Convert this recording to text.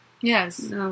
Yes